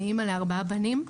אני אמא לארבעה בנים.